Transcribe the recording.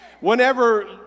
Whenever